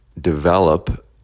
develop